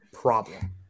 problem